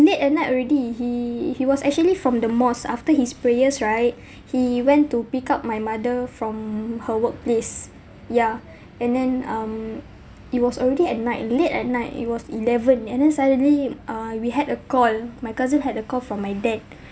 late at night already he he was actually from the mosque after his prayers right he went to pick up my mother from her workplace yeah and then um it was already at night late at night it was eleven and then suddenly uh we had a call my cousin had a call from my dad